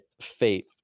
Faith